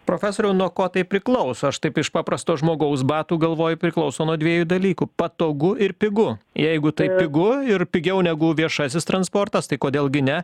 profesoriau nuo ko tai priklauso aš taip iš paprasto žmogaus batų galvoju priklauso nuo dviejų dalykų patogu ir pigu jeigu tai pigu ir pigiau negu viešasis transportas tai kodėl gi ne